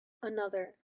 another